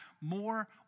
more